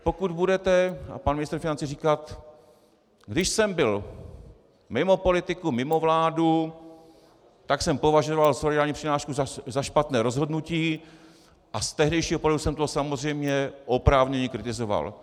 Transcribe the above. Pokud budete pan ministr financí říkat: Když jsem byl mimo politiku, mimo vládu, tak jsem považoval solidární přirážku za špatné rozhodnutí a z tehdejšího pohledu jsem to samozřejmě oprávněně kritizoval.